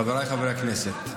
חבריי חברי הכנסת,